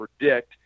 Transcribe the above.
predict